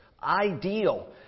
ideal